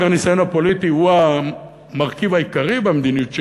הניסיון הפוליטי הוא המרכיב העיקרי במדיניות שלו,